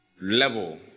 level